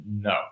no